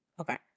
Okay